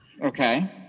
Okay